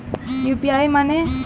UPI माने?